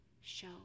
show